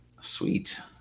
sweet